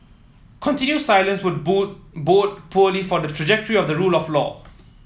continued silence would bode poorly for the trajectory of the rule of law